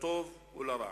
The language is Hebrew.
לטוב ולרע